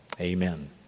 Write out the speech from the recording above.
amen